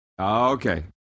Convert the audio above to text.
Okay